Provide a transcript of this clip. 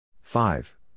Five